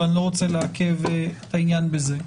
אבל אני לא רוצה לעכב את העניין בזה.